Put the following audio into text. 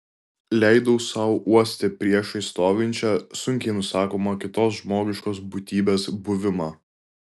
leidau sau uosti priešais stovinčią sunkiai nusakomą kitos žmogiškos būtybės buvimą